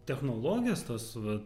technologijos tos va